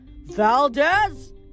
Valdez